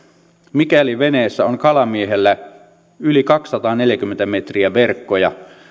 mikäli veneessä on kalamiehellä yli kaksisataaneljäkymmentä metriä verkkoja